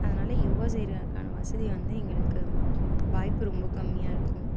அதனால் யோகா செய்யிறதுக்கான வசதி வந்து எங்களுக்கு வாய்ப்பு ரொம்ப கம்மியாக இருக்கும்